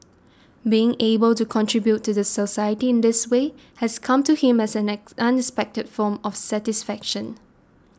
being able to contribute to the society in this way has come to him as an unexpected form of satisfaction